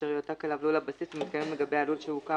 אשר יועתק אליו לול הבסיס ומתקיימים לגבי הלול שהוקם